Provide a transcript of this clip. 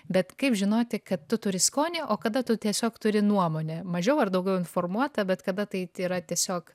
bet kaip žinoti kad tu turi skonį o kada tu tiesiog turi nuomonę mažiau ar daugiau informuotą bet kada tai yra tiesiog